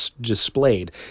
displayed